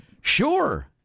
sure